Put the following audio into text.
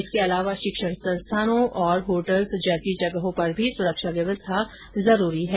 इसके अलावा शिक्षण संस्थानों और होटल्स जैसी जगहों पर भी सुरक्षा व्यवस्था जरूरी है